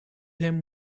him